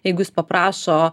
jeigu jis paprašo